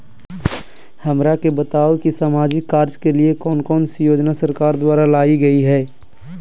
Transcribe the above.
हमरा के बताओ कि सामाजिक कार्य के लिए कौन कौन सी योजना सरकार द्वारा लाई गई है?